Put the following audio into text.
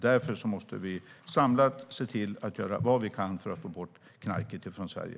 Därför måste vi samlat se till att göra vad vi kan för att få bort knarket från Sverige.